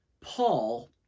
Paul